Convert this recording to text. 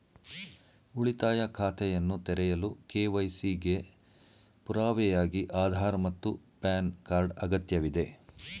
ಉಳಿತಾಯ ಖಾತೆಯನ್ನು ತೆರೆಯಲು ಕೆ.ವೈ.ಸಿ ಗೆ ಪುರಾವೆಯಾಗಿ ಆಧಾರ್ ಮತ್ತು ಪ್ಯಾನ್ ಕಾರ್ಡ್ ಅಗತ್ಯವಿದೆ